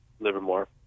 Livermore